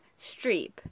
Streep